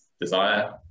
desire